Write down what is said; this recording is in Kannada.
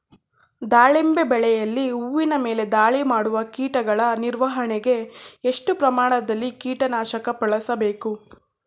ದಾಳಿಂಬೆ ಬೆಳೆಯಲ್ಲಿ ಹೂವಿನ ಮೇಲೆ ದಾಳಿ ಮಾಡುವ ಕೀಟಗಳ ನಿರ್ವಹಣೆಗೆ, ಎಷ್ಟು ಪ್ರಮಾಣದಲ್ಲಿ ಕೀಟ ನಾಶಕ ಬಳಸಬೇಕು?